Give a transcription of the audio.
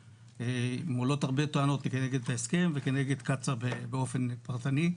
עולות הרבה טענות נגד ההסכם ונגד קצא"א באופן פרטני,